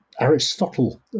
Aristotle